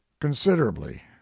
Considerably